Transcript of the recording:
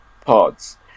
pods